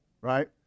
right